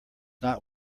not